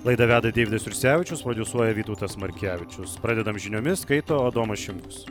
laidą veda deividas jursevičius prodiusuoja vytautas markevičius pradedam žiniomis skaito adomas šimkus